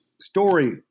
story